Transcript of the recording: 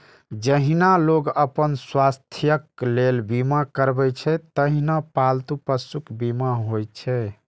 जहिना लोग अपन स्वास्थ्यक लेल बीमा करबै छै, तहिना पालतू पशुक बीमा होइ छै